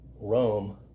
Rome